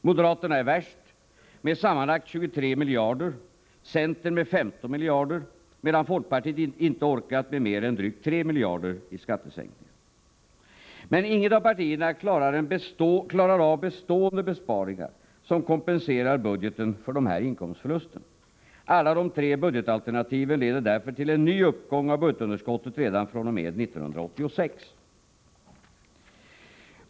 Moderaterna är värst med sammanlagt 23 miljarder, sedan kommer centern med 15 miljarder, medan folkpartiet inte orkat med mer än drygt 3 miljarder i skattesänkning. Men inget av partierna klarar av bestående besparingar som kompenserar budgeten för de här inkomstförlusterna. Alla tre budgetalternativen leder därför till en ny uppgång av budgetunderskottet redan fr.o.m. 1986.